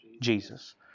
Jesus